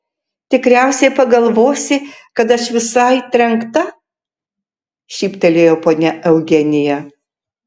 tikriausiai pagalvosi kad aš visai trenkta šyptelėjo ponia eugenija